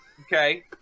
Okay